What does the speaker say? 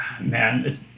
Man